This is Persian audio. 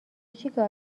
چیکار